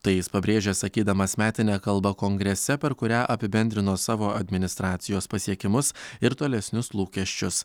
tai jis pabrėžė sakydamas metinę kalbą kongrese per kurią apibendrino savo administracijos pasiekimus ir tolesnius lūkesčius